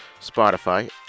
spotify